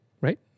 right